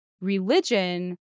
religion